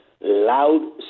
loud